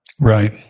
Right